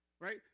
right